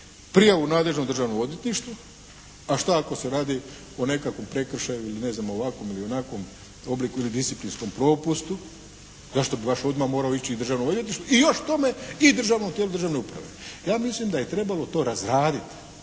prijavu nadležnom državnom odvjetništvu, a šta ako se radi o nekakvom prekršaju ili ne znam ovakvom ili onakvom obliku …/Govornik se ne razumije./… propustu, zašto bi baš odmah morao ići državnom odvjetništvu i još k tome i državnom tijelu državne uprave? Ja mislim da je trebalo to razraditi.